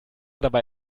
dabei